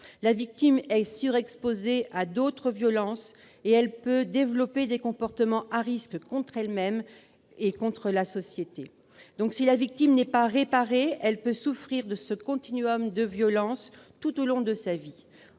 La victime est surexposée à d'autres violences et elle peut développer des comportements à risque contre elle-même et contre la société. Si la victime n'est pas réparée, elle peut souffrir de ce de violence tout au long de sa vie.